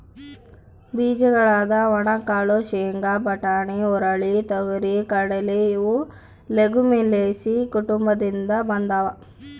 ಬೀಜಗಳಾದ ಒಣಕಾಳು ಶೇಂಗಾ, ಬಟಾಣಿ, ಹುರುಳಿ, ತೊಗರಿ,, ಕಡಲೆ ಇವು ಲೆಗುಮಿಲೇಸಿ ಕುಟುಂಬದಿಂದ ಬಂದಾವ